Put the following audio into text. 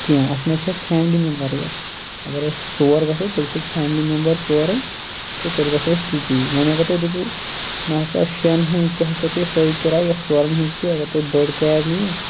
کینٛہہ اتھ مَنٛز چھِ اَسہِ فیملی میٚمبَرٕے یٲتۍ اَگَر أسۍ ژور گَژھو تیٚلہِ چھِ أسۍ فیملی میٚمبَر ژورے تہٕ تیٚلہِ گَژھو أسۍ تِتی وۄنۍ اَگَر تُہۍ دٔپِو نہَ ہَسا شیٚن ہٕنٛز تہِ ہَسا پیٚیہِ سوٚے کِراے یۄس ژورَن ہٕنٛز پیٚیہِ اَگَر تُہۍ بٔڑ کیب نِیِو